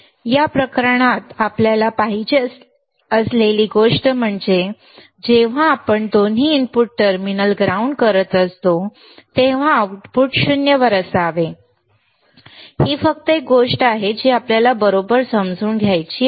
या प्रकरणात आपल्याला पाहिजे असलेली गोष्ट म्हणजे जेव्हा आपण दोन्ही इनपुट टर्मिनल ग्राउंड करत असतो तेव्हा आउटपुट 0 वर असावे ही फक्त एक गोष्ट आहे जी आपल्याला बरोबर समजून घ्यायची आहे